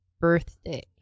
birthday